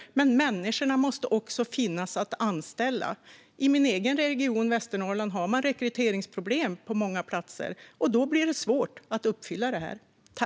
Men det måste också finnas människor att anställa. I min egen region Västernorrland har man rekryteringsproblem på många platser. Då blir det svårt att uppfylla detta.